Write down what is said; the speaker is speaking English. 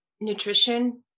Nutrition